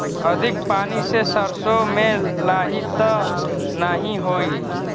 अधिक पानी से सरसो मे लाही त नाही होई?